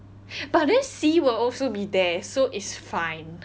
but then C will also be there so it's fine